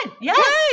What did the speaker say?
Yes